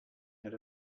had